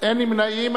אין נמנעים.